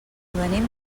venim